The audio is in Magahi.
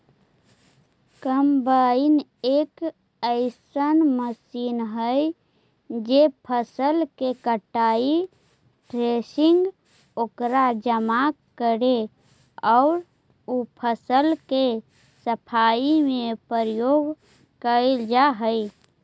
कम्बाइन एक अइसन मशीन हई जे फसल के कटाई, थ्रेसिंग, ओकरा जमा करे औउर उ फसल के सफाई में प्रयोग कईल जा हई